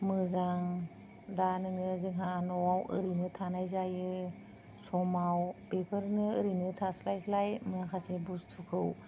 मोजां दा नोङो जोंहा न'आव ओरैनो थानाय जायो समाव बेफोरनो ओरैनो थास्लायस्लाय माखासे बुस्तुखौ